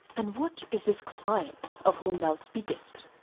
and what is this client of whom thou speakest?